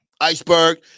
Iceberg